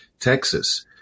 Texas